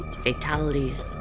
fatalities